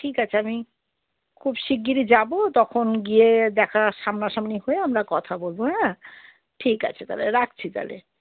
ঠিক আছে আমি খুব শিগগিরি যাবো তখন গিয়ে দেখা সামনা সামনি হয়ে আমরা কথা বলবো হ্যাঁ ঠিক আছে তাহলে রাখছি তাহলে